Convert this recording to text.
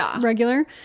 regular